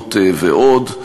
למצטיינות ועוד.